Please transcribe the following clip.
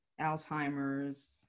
Alzheimer's